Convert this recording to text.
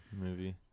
movie